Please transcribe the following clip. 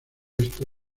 esto